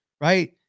right